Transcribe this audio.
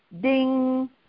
Ding